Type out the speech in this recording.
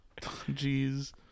Jeez